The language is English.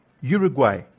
Uruguay